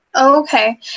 Okay